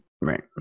Right